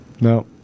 No